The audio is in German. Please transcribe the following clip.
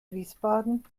wiesbaden